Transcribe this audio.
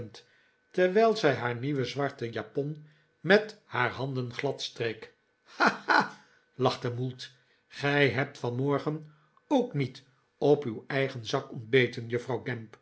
terwijl zij haar nieuwe zwarte japon met haar handen gladstreek ha ha lachte mould gij hebt vanmorgen ook niet op uw eigen zak ontbeten juffrouw